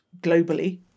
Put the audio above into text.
globally